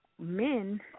men